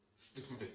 Stupid